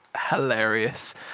hilarious